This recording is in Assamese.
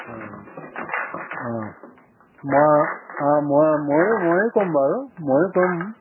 অঁ অঁ মই অঁ মইয়ো মইয়ো মই কম বাৰু মইয়ো কম